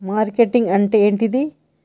Marketing అంటే ఏంటిది?